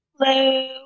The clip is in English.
Hello